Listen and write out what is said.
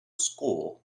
score